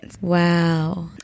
Wow